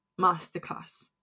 masterclass